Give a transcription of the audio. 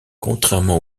contrairement